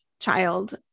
child